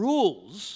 Rules